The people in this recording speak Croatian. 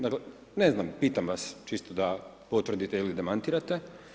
Dakle ne znam, pitam vas čisto da potvrdite ili demantirate.